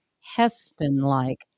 Heston-like